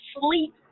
sleep